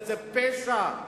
זה פשע.